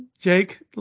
Jake